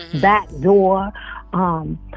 backdoor